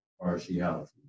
partiality